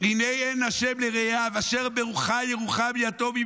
"הנה עין ה' אל יראיו", "אשר בך ירחם יתום".